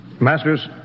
Masters